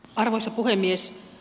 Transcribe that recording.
arvoisa puhemies